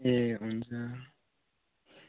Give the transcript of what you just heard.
ए हुन्छ